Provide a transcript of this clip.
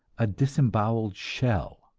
a disemboweled shell.